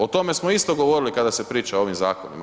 O tome smo isto govorili kada se priča o ovim zakonima.